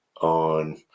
on